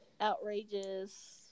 outrageous